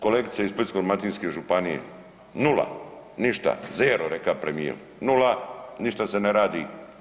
Kolegice iz Splitsko-dalmatinske županije nula, ništa, zero reko premijer, nula, ništa se ne radi.